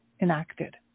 enacted